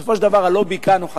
בסופו של דבר, הלובי כאן הוא חזק.